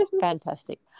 Fantastic